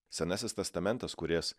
senasis testamentas kuris